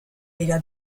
ella